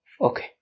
Okay